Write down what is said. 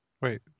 Wait